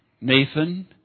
Nathan